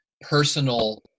personal